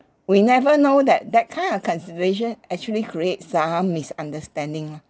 we never know that that kind of consideration actually create some misunderstanding lor